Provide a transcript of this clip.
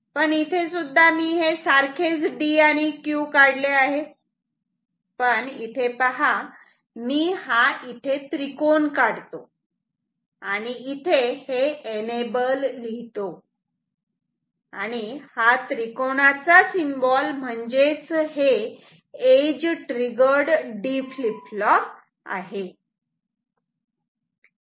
पण इथे सुद्धा मी हे सारखेच D आणि Q काढले आहेत पण इथे मी हा त्रिकोण काढतो आणि इथे एनेबल लिहितो तेव्हा हा त्रिकोणाचा सिम्बॉल म्हणजेच हे edge triggered D flip flop आहे